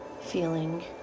feeling